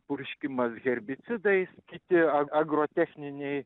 purškimas herbicidais kiti a agrotechniniai